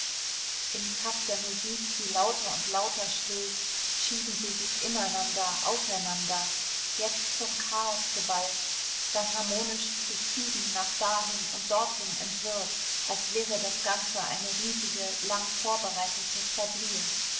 im takt der musik die lauter und lauter schwillt schieben sie sich ineinander auseinander jetzt zum chaos geballt dann harmonisch zu zügen nach dahin und dorthin entwirrt als wäre das ganze eine riesige lang vorbereitete quadrille